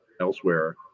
elsewhere